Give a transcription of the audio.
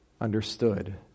understood